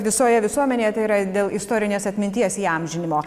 visoje visuomenėje tai yra dėl istorinės atminties įamžinimo